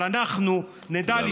ואת המרעה, אבל אנחנו נדע, תודה רבה.